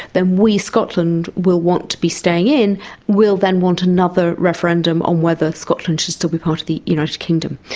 then we, scotland, will want to be staying in, we will then want another referendum on whether scotland should still be part of the united kingdom.